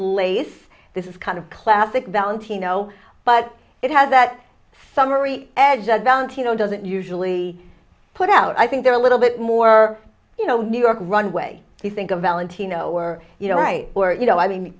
lays this is kind of classic valentino but it has that summary edge and valentino doesn't usually put out i think they're a little bit more you know new york runway you think of valentino or you know right or you know i mean